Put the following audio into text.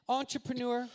entrepreneur